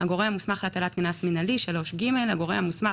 "הגורם המוסמך להטלת קנס מינהלי 3ג.הגורם המוסמך